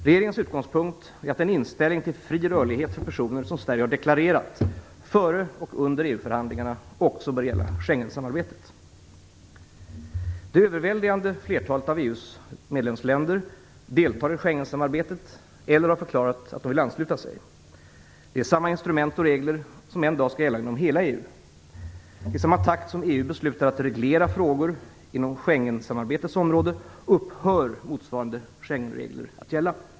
Regeringens utgångspunkt är att den inställning till fri rörlighet för personer som Sverige har deklarerat före och under EU-förhandlingarna också bör gälla Det överväldigande flertalet av EU:s medlemsländer deltar i Schengensamarbetet eller har förklarat att de vill ansluta sig. Det är samma instrument och regler som en dag skall gälla inom hela EU. I samma takt som EU beslutar att reglera frågor inom Schengensamarbetets område upphör motsvarande Schengenregler att gälla.